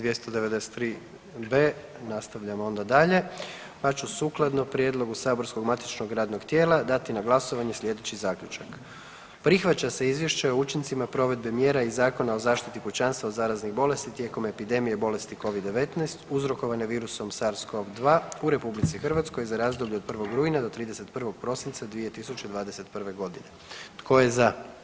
293b, nastavljamo onda dalje pa ću sukladno prijedlogu saborskog matičnog radnog tijela dati na glasovanje sljedeći zaključak: Prihvaća se Izvješće o učincima provedbe mjera i Zakona o zaštiti pučanstva od zaraznih bolesti tijekom epidemije bolesti Covid-19 uzrokovane virusom SARS-CoV-2 u RH za razdoblje od 1. rujna do 31. prosinca 2021. g. Tko je za?